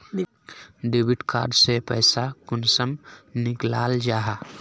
Debit card से पैसा कुंसम निकलाल जाहा?